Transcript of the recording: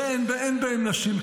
ואין בהן נשים.